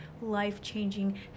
life-changing